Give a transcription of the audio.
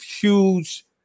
huge